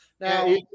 Now